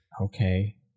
okay